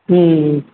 ம் ம் ம்